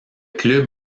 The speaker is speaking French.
club